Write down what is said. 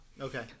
Okay